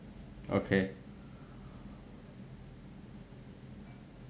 okay